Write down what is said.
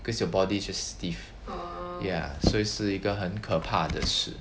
because your body just stiff ya 所以是一个很可怕的事